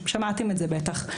שמעתם את זה בטח,